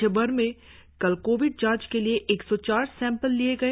राज्यभर में कल कोविड जांच के लिए एक सौ चार सैंपल लिए गए